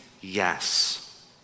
yes